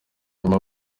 mama